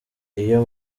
iyo